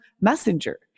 Messenger